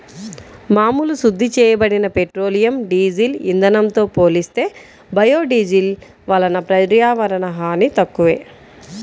మామూలు శుద్ధి చేయబడిన పెట్రోలియం, డీజిల్ ఇంధనంతో పోలిస్తే బయోడీజిల్ వలన పర్యావరణ హాని తక్కువే